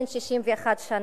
בן 61 שנה.